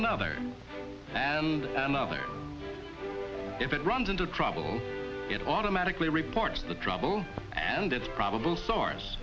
another another if it runs into trouble it automatically reports the trouble and its probable sars